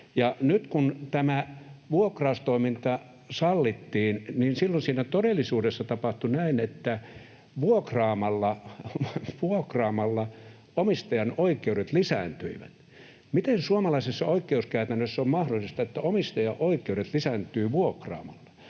Nyt kun tämä vuokraustoiminta sallittiin, niin silloin siinä todellisuudessa tapahtui näin, että vuokraamalla omistajan oikeudet lisääntyivät. Miten suomalaisessa oikeuskäytännössä on mahdollista, että omistajan oikeudet lisääntyvät vuokraamalla?